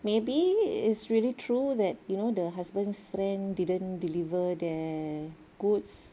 maybe it's really true that you know the husband's friend didn't deliver their goods